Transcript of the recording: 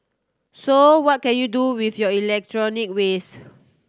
so what can you do with your electronic waste